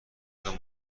تان